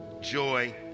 Joy